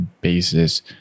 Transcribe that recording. basis